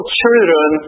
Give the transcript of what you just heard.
children